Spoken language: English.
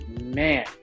Man